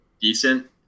decent